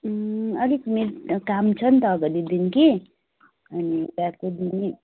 अलिक मेरो काम छ नि अन्त अगाडि दिन कि अनि बिहाको दिन